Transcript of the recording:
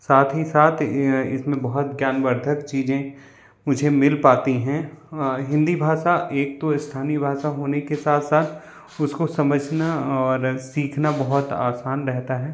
साथ ही साथ इसमें बहुत ज्ञानवर्धक चीज़ें मुझे मिल पाती हैं हिंदी भाषा एक तो स्थानीय भाषा होने के साथ साथ उसको समझना और सीखना बहुत आसान रहता है